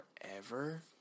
forever